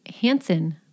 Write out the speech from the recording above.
Hansen